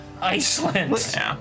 Iceland